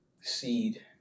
Seed